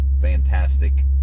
fantastic